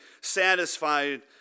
satisfied